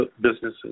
businesses